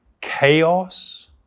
chaos